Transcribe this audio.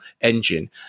engine